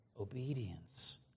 obedience